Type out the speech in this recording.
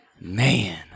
Man